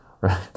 right